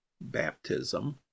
baptism